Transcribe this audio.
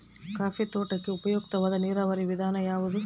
Coffee ತೋಟಕ್ಕೆ ಉಪಯುಕ್ತವಾದ ನೇರಾವರಿ ವಿಧಾನ ಯಾವುದು?